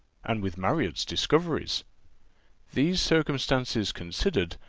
and with marriott's discoveries these circumstances considered,